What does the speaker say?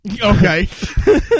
Okay